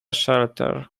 shelter